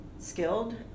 Skilled